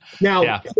now